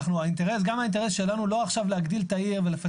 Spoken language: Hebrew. גם האינטרס שלנו הוא לא להגדיל את העיר ולפתח